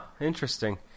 interesting